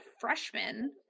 freshman